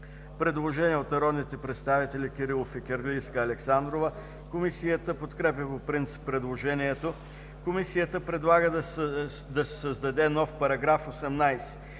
Предложение от народните представители Кирилов, Фикирлийска и Александрова. Комисията подкрепя по принцип предложението. Комисията предлага да се създаде § 98: „§ 98.